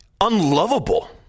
unlovable